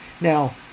Now